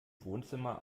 wohnzimmer